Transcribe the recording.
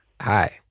Hi